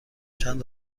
چند